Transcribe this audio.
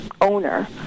owner